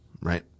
right